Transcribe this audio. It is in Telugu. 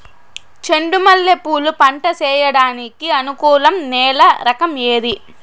చెండు మల్లె పూలు పంట సేయడానికి అనుకూలం నేల రకం ఏది